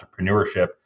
entrepreneurship